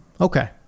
Okay